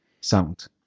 sound